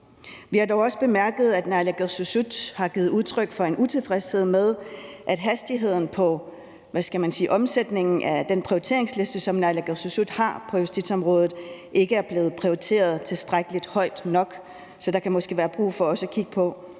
Vi har dog også bemærket, at naalakkersuisut har givet udtryk for en utilfredshed med, at hastigheden på, hvad skal man sige, omsætningen af den prioriteringsliste, som naalakkersuisut har på justitsområdet, ikke er blevet prioriteret tilstrækkelig højt. Så der kan måske også være brug for at kigge på,